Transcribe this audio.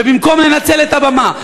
ובמקום לנצל את הבמה,